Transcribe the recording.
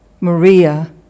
Maria